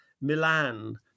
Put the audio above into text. Milan